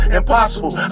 impossible